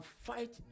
fight